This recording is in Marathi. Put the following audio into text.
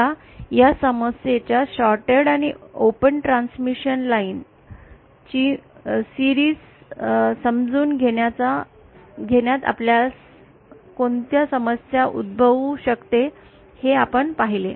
आता या समस्येच्या शॉर्ट्ड आणि ओपन ट्रांसमिशन लाईन ची मालिका समजून घेण्यात आपल्यास कोणती समस्या उद्भवू शकते हे आपण पाहिले